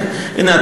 הנה,